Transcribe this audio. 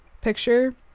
picture